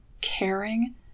caring